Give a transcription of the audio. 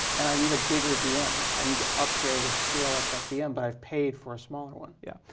and i need a bigger vm, i need to upgrade or scale up that vm but i've paid for a smaller one. yeah.